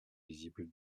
visible